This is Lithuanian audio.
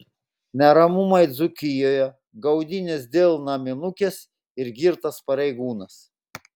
neramumai dzūkijoje gaudynės dėl naminukės ir girtas pareigūnas